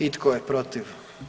I tko je protiv?